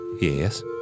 Yes